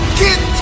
get